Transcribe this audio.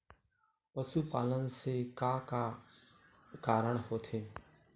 पशुपालन से का का कारण होथे?